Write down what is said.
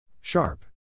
Sharp